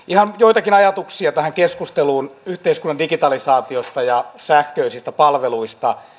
ihan joitakin ajatuksia tähän keskusteluun yhteiskunnan digitalisaatiosta ja sähköisistä palveluista